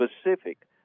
specific